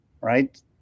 right